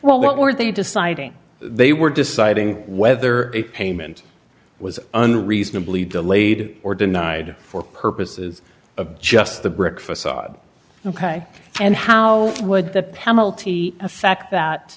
well what were they deciding they were deciding whether a payment was unreasonably delayed or denied for purposes of just the brick facade ok and how would the penalty effect that